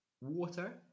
Water